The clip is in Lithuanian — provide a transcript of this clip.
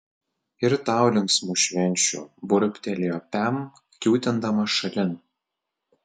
ir tau linksmų švenčių burbtelėjo pem kiūtindama šalin